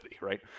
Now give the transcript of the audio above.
right